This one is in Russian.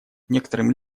некоторым